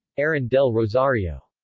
aaron del rosario